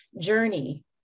journey